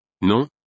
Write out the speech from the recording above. Non